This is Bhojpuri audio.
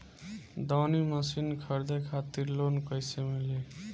दऊनी मशीन खरीदे खातिर लोन कइसे मिली?